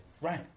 Right